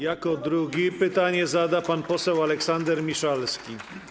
Jako drugi pytanie zada pan poseł Aleksander Miszalski.